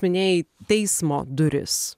minėjai teismo duris